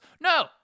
No